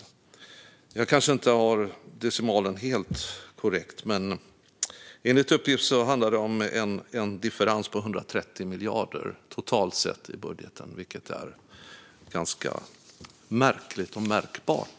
Jag kanske inte har decimalen helt korrekt, men enligt uppgift handlar det om en differens på 130 miljarder, totalt sett i budgeten, vilket är ganska märkligt och märkbart.